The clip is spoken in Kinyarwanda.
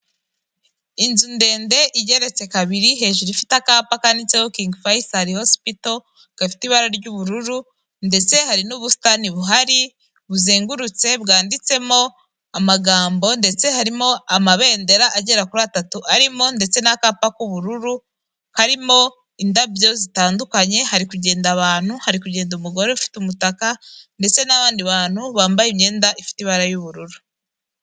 Inzu ndende igeretse kabiri hejuru ifite akapa kanditseho kingi fayisali hosipito. Gafite ibara ry'ubururu, ndetse hari n'ubusitani buhari buzengurutse bwanditsemo amagambo ndetse harimo amabendera agera kuri atatu arimo ndetse n'akapa k'ubururu karimo indabyo zitandukanye, hari kugenda abantu hari kugenda umugore ufite umutaka, ndetse n'abandi bantu bambaye imyenda ifite ibara ry'ubururu.